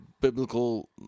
biblical